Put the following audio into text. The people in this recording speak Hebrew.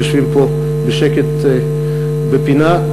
שיושבים פה בשקט בפינה.